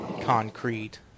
concrete